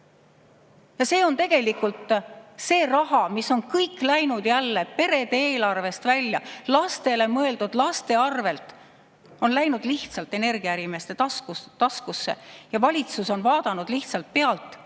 See on tegelikult see raha, mis on kõik läinud jälle perede eelarvest välja, lastele mõeldud, laste arvelt on läinud lihtsalt energiaärimeeste taskusse ja valitsus on vaadanud lihtsalt pealt,